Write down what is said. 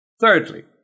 Thirdly